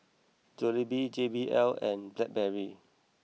Jollibee J B L and Blackberry